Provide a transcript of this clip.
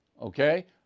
okay